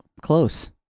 Close